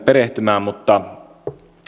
perehtyä mutta